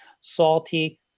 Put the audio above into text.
salty